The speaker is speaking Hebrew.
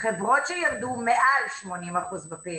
חברות שירדו מעל 80% בפעילות,